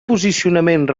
posicionament